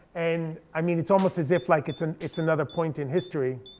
and i mean it's almost as if like it's and it's another point in history,